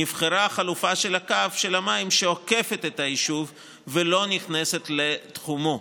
נבחרה החלופה של קו המים שעוקף את היישוב ולא נכנס לתחומו,